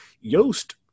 Yost